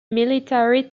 military